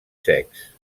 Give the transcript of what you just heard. secs